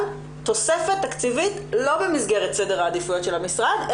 תוספת תקציבית לא במסגרת סדרי העדיפויות של המשרד,